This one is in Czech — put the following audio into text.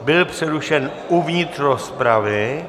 Byl přerušen uvnitř rozpravy.